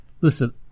Listen